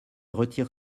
retire